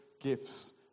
gifts